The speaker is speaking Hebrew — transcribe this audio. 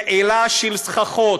בעילה של סככות,